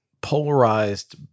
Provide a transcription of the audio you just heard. polarized